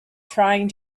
trying